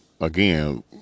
again